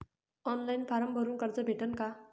Online form भरून कर्ज भेटन का?